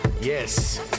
yes